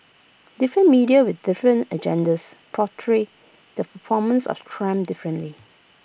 different media with different agendas portray the performance of Trump differently